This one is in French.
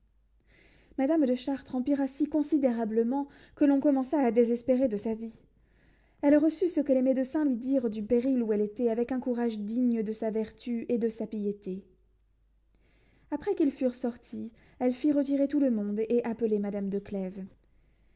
madame de chartres empira si considérablement que l'on commença à désespérer de sa vie elle reçut ce que les médecins lui dirent du péril où elle était avec un courage digne de sa vertu et de sa piété après qu'ils furent sortis elle fit retirer tout le monde et appeler madame